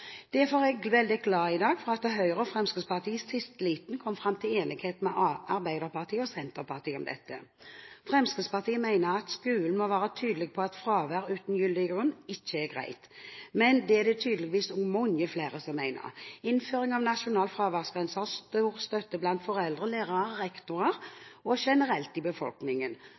fravær. Derfor er jeg i dag veldig glad for at Høyre og Fremskrittspartiet i siste liten kom fram til enighet med Arbeiderpartiet og Senterpartiet. Fremskrittspartiet mener at skolen må være tydelig på at fravær uten gyldig grunn ikke er greit. Det er det tydeligvis også mange flere som mener. Innføring av nasjonal fraværsgrense har stor støtte blant foreldre, lærere, rektorer og generelt i befolkningen.